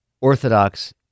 orthodox